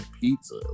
pizza